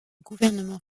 gouvernement